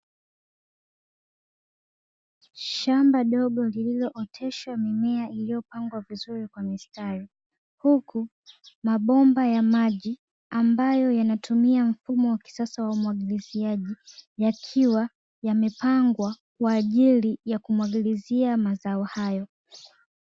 Shamba dogo lililootesha mimea iliyopangwa vizuri kwa mistari, huku mabomba ya maji ambayo yanatumia mfumo wa kisasa wa umwagiliziaji yakiwa yamepangwa kwa ajili ya kumwagilizia mazao hayo.